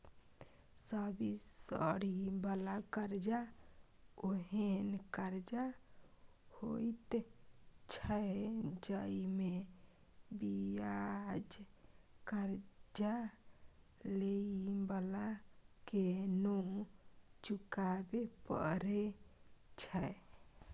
subsidy बला कर्जा ओहेन कर्जा होइत छै जइमे बियाज कर्जा लेइ बला के नै चुकाबे परे छै